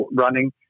running